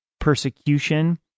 persecution